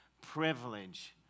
privilege